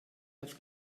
das